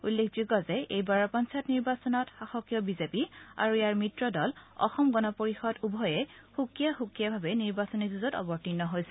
উল্লেখযোগ্য যে এইবাৰৰ পঞ্চায়ত নিৰ্বাচনত শাসকীয় বিজেপি আৰু ইয়াৰ মিত্ৰদল অসম গণ পৰিষদ উভয়ে সুকীয়া সুকীয়াভাৱে নিৰ্বাচনী যূঁজত অৱতীৰ্ণ হৈছে